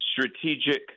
strategic